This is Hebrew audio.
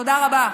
תודה רבה.